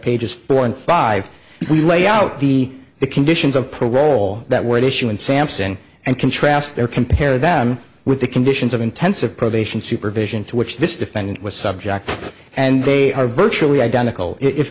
pages four and five we lay out the the conditions of parole that would issue and sampson and contrast there compare them with the conditions of intensive probation supervision to which this defendant was subject to and they are virtually identical if